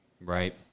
Right